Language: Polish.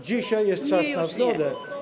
Dzisiaj jest czas na zgodę.